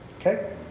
okay